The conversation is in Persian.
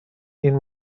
این